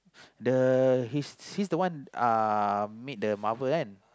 the he's he's the one made the marble one